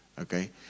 Okay